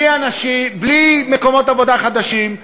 בלי מקומות עבודה חדשים,